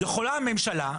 יכולה הממשלה,